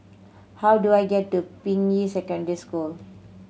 how do I get to Ping Yi Secondary School